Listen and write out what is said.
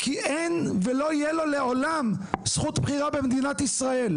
כי אין ולא יהיה לו לעולם זכות בחירה במדינת ישראל,